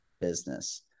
business